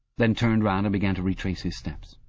then turned round and began to retrace his steps.